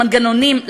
למנגנונים,